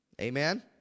Amen